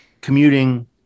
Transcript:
commuting